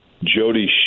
Jody